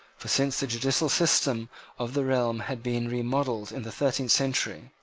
for, since the judicial system of the realm had been remodelled in the thirteenth century,